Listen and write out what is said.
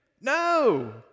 No